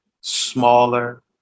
smaller